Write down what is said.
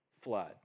flood